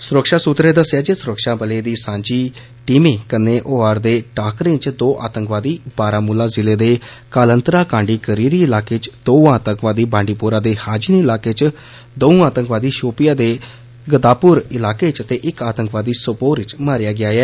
सुरक्षा सूत्रें दस्सेआ जे सुरक्षाबलें दी सांझी टीमैं कन्नै होआरदे टाकरें च दौं आतंकवादी बारामुला जिले दे कालतरा कांडी करीरी इलाके च दौं आतंकवाद बांडीपोरा दे हाजिन इलाकें च दौं आतंकवादी षोपियां दे षदापुर इलाके च ते इक आतंकवादी सोपोर च मारेआ गेआ ऐ